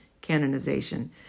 canonization